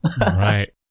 Right